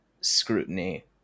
scrutiny